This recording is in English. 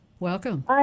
Welcome